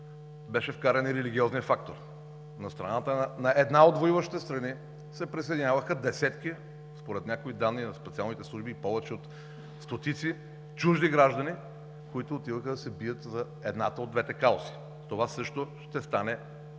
беше вкаран и религиозният фактор. На страната на една от воюващите страни се присъединяваха десетки, според някои данни от специалните служби повече от стотици чужди граждани, които отиваха да се бият за едната от двете каузи. Това също ще стане